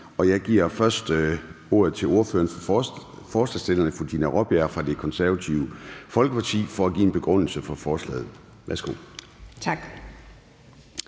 Jeg giver først ordet til ordføreren for forslagsstillerne, fru Brigitte Klintskov Jerkel fra Det Konservative Folkeparti, for at give en begrundelse af forslaget. Værsgo. Kl.